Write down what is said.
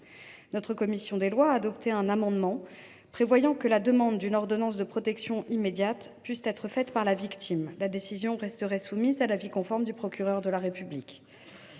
Notre commission des lois a adopté un amendement visant à ce que la demande d’une ordonnance provisoire de protection immédiate puisse être faite par la victime elle même, la décision restant soumise à l’avis conforme du procureur de la République.